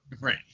right